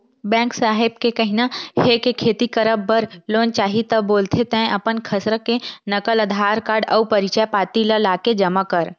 bank साहेब के कहिना हे के खेती करब बर लोन चाही ता बोलथे तंय अपन खसरा के नकल, अधार कारड अउ परिचय पाती ल लाके जमा कर